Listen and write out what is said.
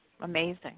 amazing